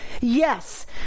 yes